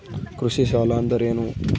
ಕೃಷಿ ಸಾಲ ಅಂದರೇನು?